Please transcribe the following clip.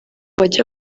bajya